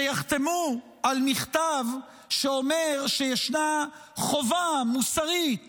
שיחתמו על מכתב שאומר שישנה חובה מוסרית